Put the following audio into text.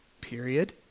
Period